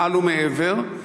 מעל ומעבר,